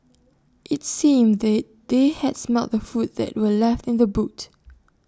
IT seemed that they had smelt the food that were left in the boot